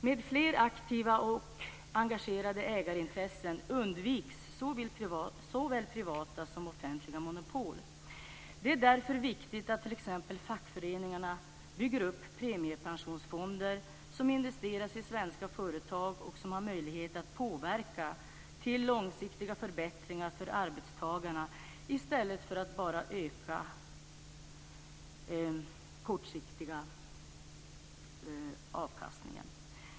Med fler aktiva och engagerade ägarintressen undviks såväl privata som offentliga monopol. Det är därför viktigt att t.ex. fackföreningarna bygger upp premiepensionsfonder som investeras i svenska företag och som har möjlighet att påverka till långsiktiga förbättringar för arbetstagarna i stället för att bara söka den bästa kortsiktiga avkastningen.